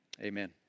amen